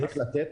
צריך לתת